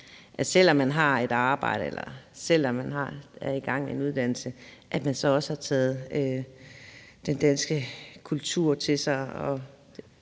selv om man har et arbejde eller selv om man er i gang med en uddannelse, så også har taget den danske kultur til sig